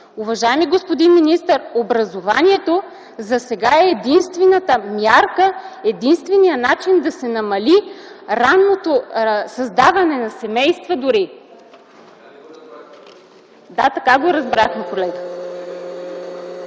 Уважаеми господин министър, образованието засега е единствената мярка, единственият начин да се намали ранното създаване на семейства дори. ПАВЕЛ ДИМИТРОВ (ГЕРБ, от